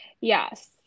Yes